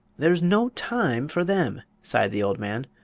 there's no time for them! sighed the old man.